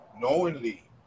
Knowingly